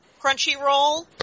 Crunchyroll